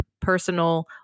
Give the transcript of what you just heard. personal